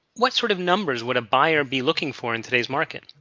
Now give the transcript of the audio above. what sort of numbers would a buyer be looking for in today's market?